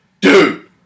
Dude